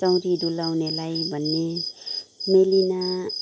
चोरी डुलाउनेलाई भन्ने मेलीना